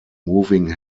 moving